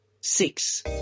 Six